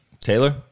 Taylor